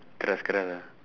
keras-keras ah